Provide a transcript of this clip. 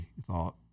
thought